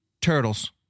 Turtles